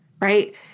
right